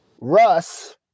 russ